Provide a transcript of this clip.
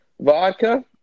Vodka